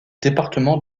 département